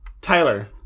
Tyler